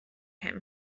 him